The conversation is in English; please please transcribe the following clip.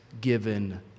given